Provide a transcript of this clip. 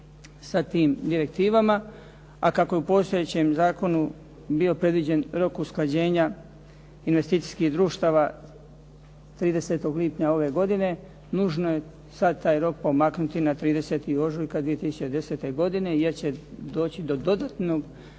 sa tim direktivama, a kako je u postojećem zakonu bio predviđen rok usklađenja investicijskih društava 30. lipnja ove godine, nužno je sada taj rok pomaknuti na 30. ožujka 2010. godine, jer će doći do dodatnih